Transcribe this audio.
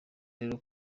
rero